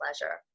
pleasure